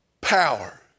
power